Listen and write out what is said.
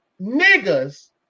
niggas